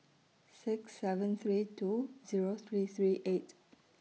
six seven three two Zero three three eight